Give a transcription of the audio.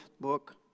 book